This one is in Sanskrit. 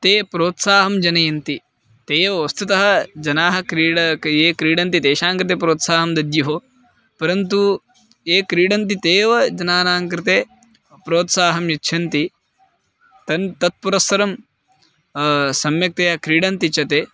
ते प्रोत्साहं जनयन्ति ते एव वस्तुतः जनाः क्रीडाक ये क्रीडन्ति तेषां कृते प्रोत्साहं दद्युः परन्तु ये क्रीडन्ति ते एव जनानां कृते प्रोत्साहं यच्छन्ति तन् तत्पुरस्सरं सम्यक्तया क्रीडन्ति च ते